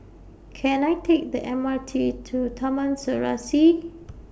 Can I Take The M R T to Taman Serasi